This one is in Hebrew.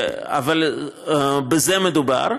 אבל בזה מדובר.